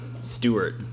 Stewart